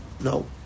No